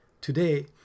Today